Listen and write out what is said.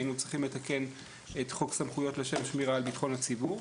היינו צריכים לתקן את חוק סמכויות לשם שמירה על ביטחון הציבור,